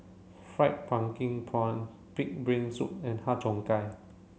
fried pumpkin prawn pig brain soup and Har Cheong Gai